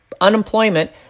unemployment